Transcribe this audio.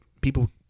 people